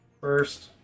first